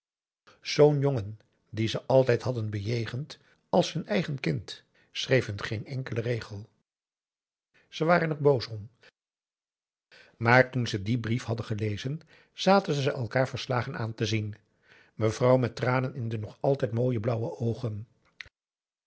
zoo'n jongen dien ze altijd hadden bejegend als hun eigen kind schreef hun geen enkelen regel ze waren er boos om maar toen ze dien brief hadden gelezen zaten ze elkaar verslagen aan te zien mevrouw met tranen in de nog altijd mooie blauwe oogen